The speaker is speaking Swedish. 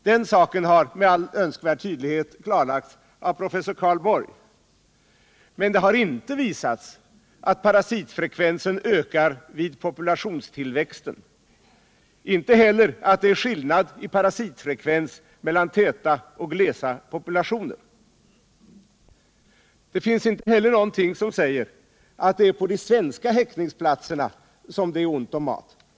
Den saken har med all önskvärd tydlighet klarlagts av professor Karl Borg, men det har inte visats att parasitfrekvensen ökar vid populationstillväxten, inte heller att det är skillnad i parasitfrekvens mellan täta och glesa populationer. Det finns inte heller någonting som säger att det är på de svenska häckningsplatserna som det är ont om mat.